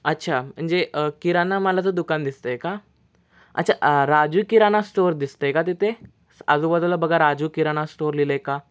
अच्छा म्हणजे किराणा मालाचं दुकान दिसत आहे का अच्छा आ राजू किराणा स्टोअर दिसत आहे का तिथे आजूबाजूला बघा राजू किराणा स्टोअर लिहिलं आहे का